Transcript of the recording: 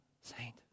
saint